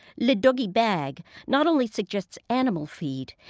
le doggie bag not only suggests animal feed,